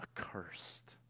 accursed